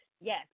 Yes